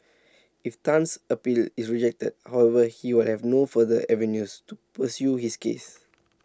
if Tan's appeal is rejected however he will have no further avenues to pursue his case